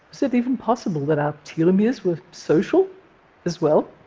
so it even possible that our telomeres were social as well?